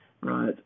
Right